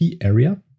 area